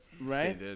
Right